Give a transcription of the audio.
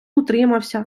утримався